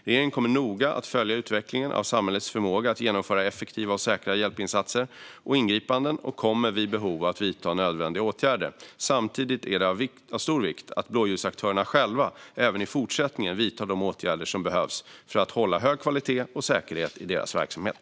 Regeringen kommer noga att följa utvecklingen av samhällets förmåga att genomföra effektiva och säkra hjälpinsatser och ingripanden och kommer vid behov att vidta nödvändiga åtgärder. Samtidigt är det av stor vikt att blåljusaktörerna själva även i fortsättningen vidtar de åtgärder som behövs för att hålla hög kvalitet och säkerhet i sin verksamhet.